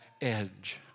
edge